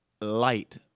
Light